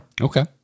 Okay